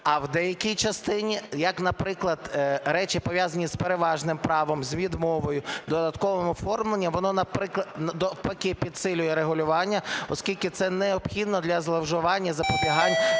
а в деякій частині, як, наприклад, речі, пов'язані з переважним правом, з відмовою, додатковим оформленням, воно навпаки підсилює регулювання, оскільки це необхідно для зловживання запобігань